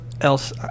else